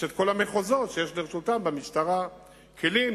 כל המחוזות במשטרה שיש לרשותם כלים,